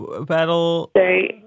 Battle